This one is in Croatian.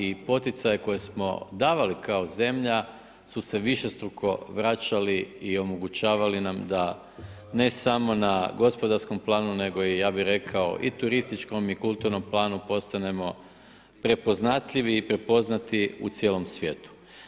I poticaje koje smo davali kao zemlja, su se višestruko vraćali i omogućavali nam da ne samo, na gospodarskom planu, nego ja bi rekao, i turističkom i kulturnom planu, postanemo prepoznatljivi i prepoznati u cijelom svijetu.